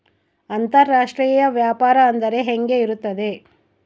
ಅಂತರಾಷ್ಟ್ರೇಯ ವ್ಯಾಪಾರ ಅಂದರೆ ಹೆಂಗೆ ಇರುತ್ತದೆ?